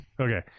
Okay